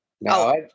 No